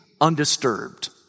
undisturbed